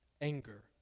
Anger